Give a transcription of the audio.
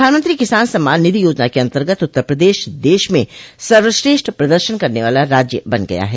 प्रधानमंत्री किसान सम्मान निधि योजना के अन्तर्गत उत्तर प्रदेश देश में सर्वश्रेष्ठ प्रदर्शन करने वाला राज्य बन गया है